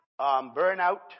burnout